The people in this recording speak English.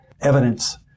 evidence